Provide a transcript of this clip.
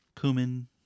cumin